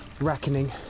reckoning